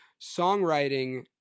songwriting